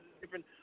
different